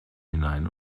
hinein